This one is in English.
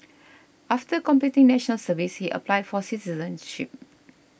after completing National Service he applied for citizenship